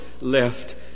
left